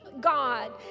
God